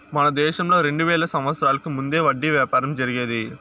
మన దేశంలో రెండు వేల సంవత్సరాలకు ముందే వడ్డీ వ్యాపారం జరిగేది